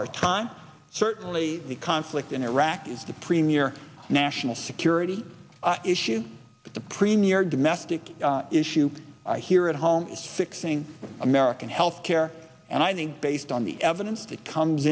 our time certainly the conflict in iraq is the premier national security issue but the premier domestic issue here at home is fixing american health care and i think based on the evidence that comes